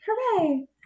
hooray